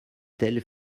tels